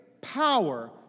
power